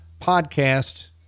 podcast